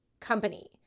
company